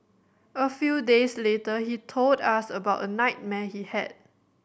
a few days later he told us about a nightmare he had